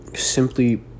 Simply